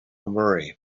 murray